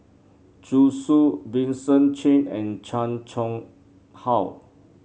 Zhu Xu Vincent Cheng and Chan Chang How